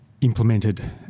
implemented